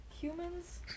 humans